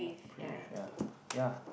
Prive ya ya